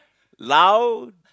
louder